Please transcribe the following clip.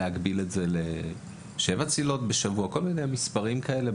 להגביל את זה לשבע צלילות בשבוע; כל מיני מספרים כאלה.